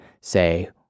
say